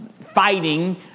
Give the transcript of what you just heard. fighting